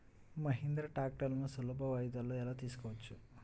మహీంద్రా ట్రాక్టర్లను సులభ వాయిదాలలో ఎలా తీసుకోవచ్చు?